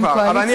אתה אומר,